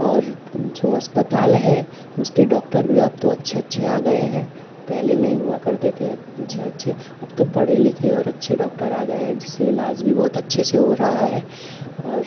और जो अस्पताल है उसके डॉक्टर भी अब तो अच्छे अच्छे आ गए हैं पहेले नही हुआ करते थे अच्छे अच्छे अब तो पढ़े लिखे और अच्छे डॉक्टर आ गए हैं जिससे इलाज़ भी बहोत अच्छे से हो रहा है और